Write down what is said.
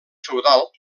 feudal